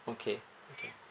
okay okay